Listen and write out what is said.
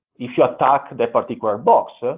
if you attack that particular box,